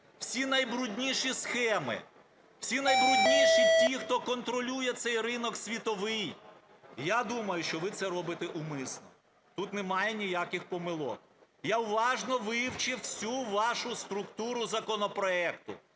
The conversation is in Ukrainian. всі найбрудніші схеми, всі найбрудніші ті, хто контролює цей ринок світовий. Я думаю, що ви це робите умисно. Тут немає ніяких помилок. Я уважно вивчив всю вашу структуру законопроекту,